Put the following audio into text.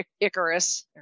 Icarus